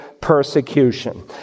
persecution